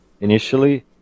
initially